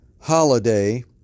holiday